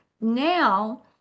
now